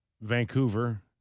vancouver